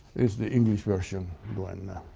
is the english version duenna.